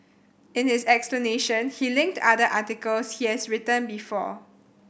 in his explanation he linked other articles he has written before